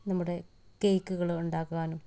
നമ്മുടെ കേക്കുകള് ഉണ്ടാക്കാനും